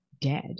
dead